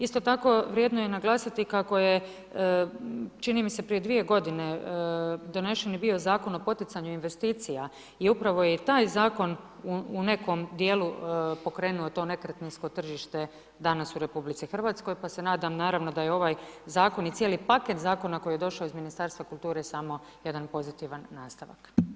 Isto tako vrijedno je naglasiti kako je čini mi se prije dvije godine, donesen je bio Zakon o poticanju investicija i upravo je i taj zakon u nekom djelu pokrenuo to nekretninsko tržište danas u RH pa se nadam naravno da je ovaj zakon i cijeli paket zakona koji je došao iz Ministarstva kulture samo jedan pozitivan nastavak.